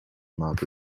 mouth